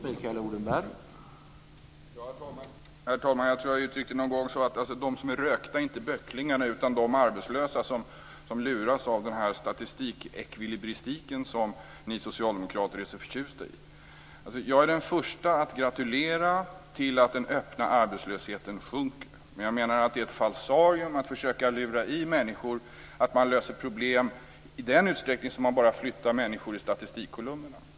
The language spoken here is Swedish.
Herr talman! Jag tror att jag någon gång uttryckte det så, att de rökta är inte böcklingarna utan de arbetslösa som luras av den statistikekvilibristik som ni socialdemokrater är så förtjusta i. Jag är den förste att gratulera till att den öppna arbetslösheten sjunker. Men jag menar att det är ett falsarium att försöka lura i människor att man löser problem i den utsträckning som man flyttar människor i statistikkolumnerna.